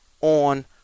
on